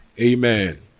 Amen